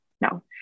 No